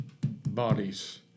bodies